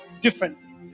differently